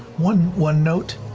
one one note.